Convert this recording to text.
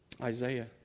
Isaiah